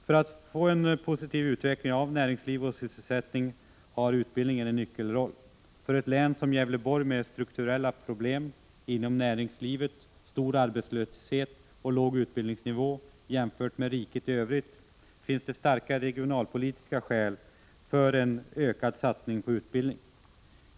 För att få en positiv utveckling av näringsliv och sysselsättning har utbildning en nyckelroll. För ett län som Gävleborg med strukturella problem inom näringslivet, stor arbetslöshet och låg utbildningsnivå jämfört med riket i övrigt finns det starka regionalpolitiska skäl för en ökad satsning på utbildning.